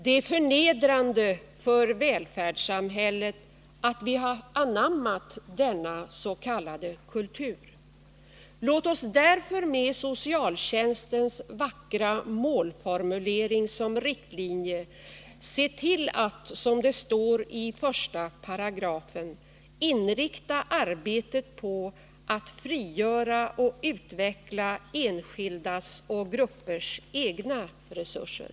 Det är förnedrande för välfärdssamhället att vi har anammat denna s.k. kultur. Låt oss därför med socialtjänstens vackra målformulering som riktlinje se till att, som det står i 1 §, inrikta arbetet ”på att frigöra och utveckla enskildas och gruppers egna resurser”.